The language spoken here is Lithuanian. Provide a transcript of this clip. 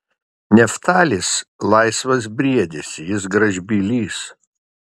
neftalis laisvas briedis jis gražbylys